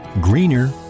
greener